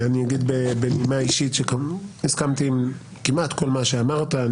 אני אגיד בנימה אישית שהסכמתי עם כמעט כל מה שאמרת.